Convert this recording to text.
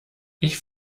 ich